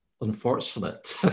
unfortunate